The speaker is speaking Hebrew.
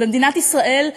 במדינת ישראל,